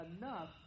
enough